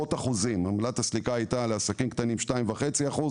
עמלת הסליקה על עסקים קטנים הייתה 2.5%,